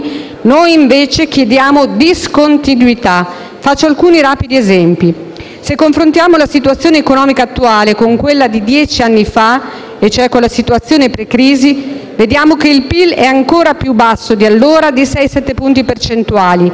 Noi invece chiediamo discontinuità. Faccio alcuni rapidi esempi. Se confrontiamo la situazione economica attuale con quella di dieci anni fa, cioè con la situazione precrisi, vediamo che il PIL è ancora più basso di allora di 6-7 punti percentuali,